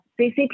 CCP